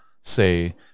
say